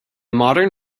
modern